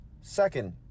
Second